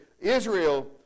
Israel